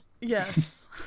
Yes